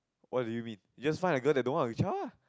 what do you mean you just find a girl that don't want a child ah